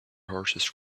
horses